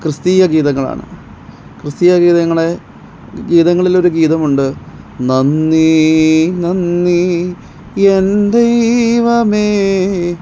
ക്രിസ്തീയ ഗീതങ്ങളാണ് ക്രിസ്തീയ ഗീതങ്ങൾ ഗീതങ്ങളിലോരു ഗീതമുണ്ട് നന്ദി നന്ദി എൻ ദൈവമേ